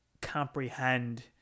comprehend